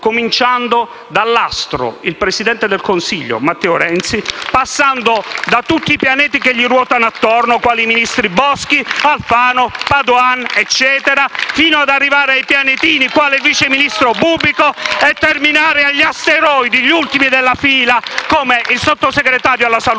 cominciando dal suo astro, il presidente del Consiglio Matteo Renzi, passando da tutti i pianeti che gli ruotano intorno, quali i ministri Boschi, Alfano, Padoan e gli altri, fino ad arrivare ai pianetini, quali il vice ministro Bubbico, e terminare con gli asteroidi, gli ultimi della fila, quale il sottosegretario alla salute